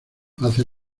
haces